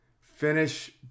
Finish